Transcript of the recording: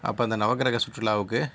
அப்போ அந்த நவக்கிரக சுற்றுலாவுக்கு